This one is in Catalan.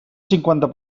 cinquanta